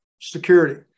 security